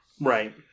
Right